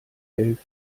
elf